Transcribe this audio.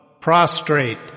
prostrate